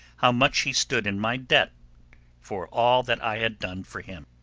how much he stood in my debt for all that i had done for him.